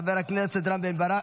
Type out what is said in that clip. חבר חבר הכנסת רם בן ברק,